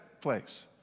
place